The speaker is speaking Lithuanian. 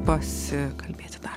pasikalbėti dar